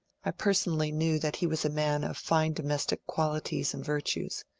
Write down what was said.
i personally knew that he was a man of fine domes tic qualities and virtues.